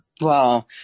Wow